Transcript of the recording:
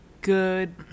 good